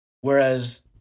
Whereas